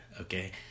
okay